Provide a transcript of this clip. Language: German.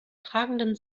tragenden